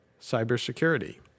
cybersecurity